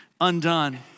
undone